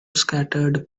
scattered